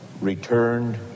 returned